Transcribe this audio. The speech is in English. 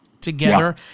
together